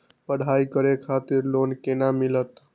पढ़ाई करे खातिर लोन केना मिलत?